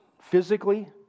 physically